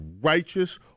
righteous